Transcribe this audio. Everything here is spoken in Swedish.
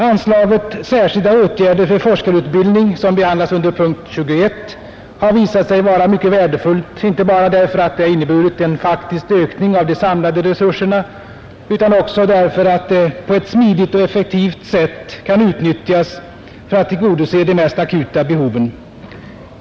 Anslaget till särskilda åtgärder för forskarutbildning som behandlas under punkten 21 har visat sig vara mycket värdefullt inte bara därför att det har inneburit en faktisk ökning av de samlade resurserna utan också därför att det på ett smidigt och effektivt sätt kan utnyttjas för att tillgodose de mest akuta behoven.